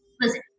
listen